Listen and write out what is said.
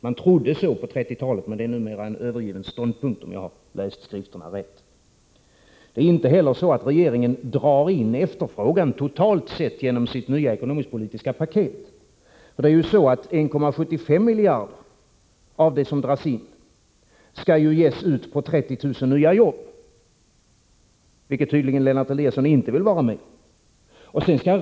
Man trodde det på 1930-talet, men det är numera en övergiven ståndpunkt, om jag har läst skrifterna rätt. Regeringen drar inte heller in efterfrågan totalt sett genom sitt nya ekonomisk-politiska paket. 1,75 miljarder kronor av det som dras in skall ges ut till 30 000 nya jobb. Det vill tydligen inte Ingemar Eliasson vara med på.